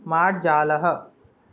मार्जालः